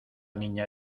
niña